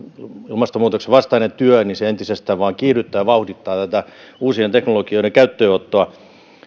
ilmastonmuutoksen vastainen työ entisestään vain kiihdyttää ja vauhdittaa tätä uusien teknologien käyttöönottoa